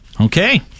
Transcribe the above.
Okay